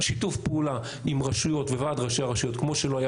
שיתוף פעולה עם רשויות וועד ראשי רשויות כמו שלא היה